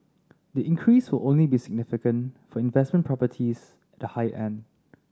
the increase will only be significant for investment properties the high end